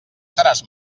seràs